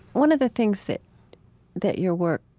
one of the things that that your work